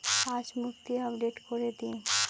আজ মুক্তি আপডেট করে দিন